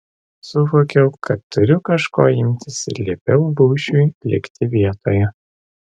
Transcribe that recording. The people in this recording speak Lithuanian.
suvokiau kad turiu kažko imtis ir liepiau lūšiui likti vietoje